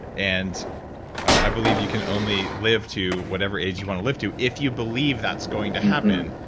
and i believe you can only live to whatever age you want to live to if you believe that's going to happen.